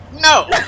No